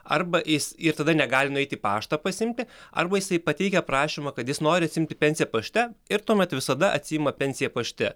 arba jis ir tada negali nueit į paštą pasiimti arba jisai pateikia prašymą kad jis nori atsiimti pensiją pašte ir tuomet visada atsiima pensiją pašte